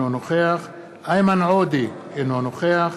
אינו נוכח איימן עודה, אינו נוכח